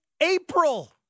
April